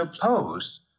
oppose